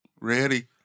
ready